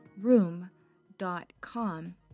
room.com